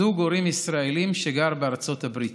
זוג הורים ישראלים שגר בארצות הברית.